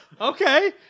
Okay